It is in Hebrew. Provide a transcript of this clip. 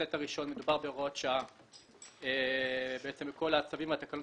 בסט הראשון מדובר בהוראות שעה לכל הצווים והתקנות